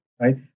Right